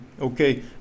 Okay